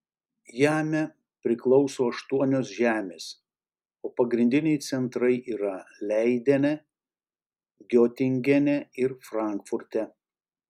jame priklauso aštuonios žemės o pagrindiniai centrai yra leidene giotingene ir frankfurte